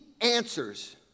answers